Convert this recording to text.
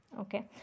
Okay